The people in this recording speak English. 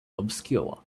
obscure